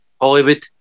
Hollywood